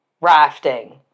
rafting